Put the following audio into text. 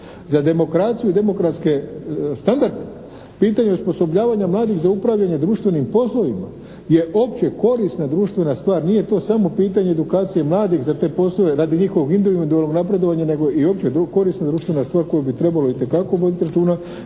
za demokraciju i demokratske standarde, pitanje osposobljavanja mladih za upravljanje društvenim poslovima je opće korisna društvena stvar, nije to samo pitanje edukacije mladih za te poslove radi njihovog individualnog napredovanja nego i opće korisna društvena stvar koju bi trebalo itekako voditi računa